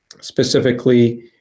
Specifically